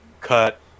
cut